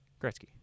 Gretzky